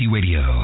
Radio